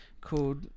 called